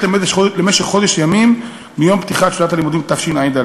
למשך חודש ימים מיום פתיחת שנת הלימודים תשע"ד.